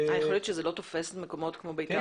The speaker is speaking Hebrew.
יכול להיות שזה לא תופס במקומות כמו ביתר עילית?